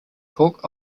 talk